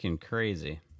crazy